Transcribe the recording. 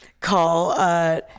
call